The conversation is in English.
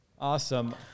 Awesome